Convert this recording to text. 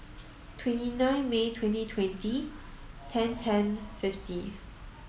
twenty nine May twenty twenty ten ten fifty